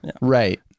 Right